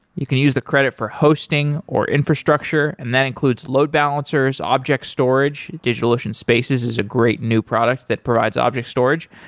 you can use the credit for hosting, or infrastructure, and that includes load balancers, object storage. digitalocean spaces is a great new product that provides object storage,